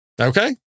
Okay